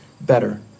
better